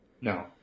No